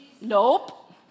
Nope